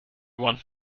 want